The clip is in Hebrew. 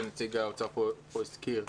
שנציג האוצר הזכיר פה,